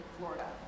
Florida